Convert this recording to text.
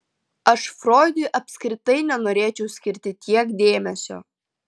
aš froidui apskritai nenorėčiau skirti tiek dėmesio